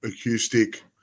acoustic